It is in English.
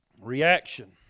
Reaction